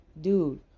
dude